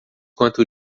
quanto